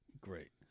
great